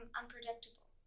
unpredictable